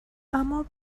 اما